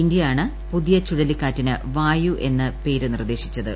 ഇന്ത്യയാണ് പുതിയ ചുഴലിക്കാറ്റിന് വായു എന്ന പേര് നിർദ്ദേശിച്ചത്